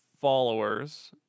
followers